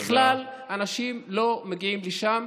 בכלל אנשים לא מגיעים לשם,